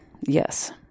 Yes